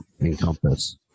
encompass